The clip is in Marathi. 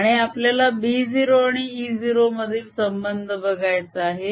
आणि आपल्याला B0 आणि E0 मधील संबध बघायचा आहे